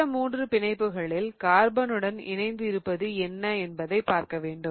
மற்ற மூன்று பிணைப்புகளில் கார்பன் உடன் இணைந்து இருப்பது என்ன என்பதை பார்க்க வேண்டும்